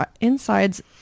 insides